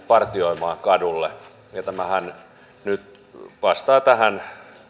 partioimaan kadulle ja tämähän nyt vastaa näihin